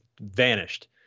vanished